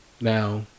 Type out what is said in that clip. Now